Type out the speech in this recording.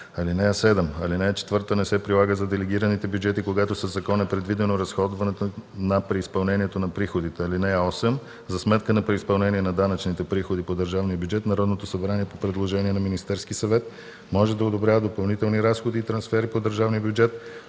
ал. 5. (7) Алинея 4 не се прилага за делегираните бюджети, когато със закон е предвидено разходване на преизпълнението на приходите. (8) За сметка на преизпълнението на данъчните приходи по държавния бюджет Народното събрание по предложение на Министерския съвет може да одобрява допълнителни разходи и трансфери по държавния бюджет